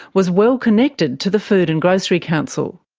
was well connected to the food and grocery council.